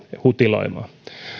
hutiloimaan